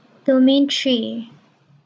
domain three